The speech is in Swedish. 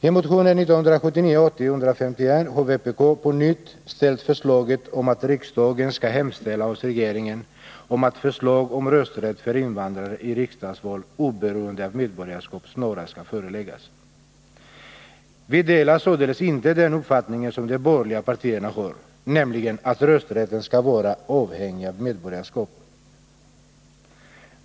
I motion 1979/80:151 har vpk därför på nytt lagt fram förslaget att riksdagen skall hemställa hos regeringen om att förslag om rösträtt för invandrare i riksdagsval, oberoende av medborgarskap, snarast skall föreläggas riksdagen. Vi delar således inte de borgerliga partiernas uppfattning, nämligen att rösträtten skall vara avhängig av medborgarskap.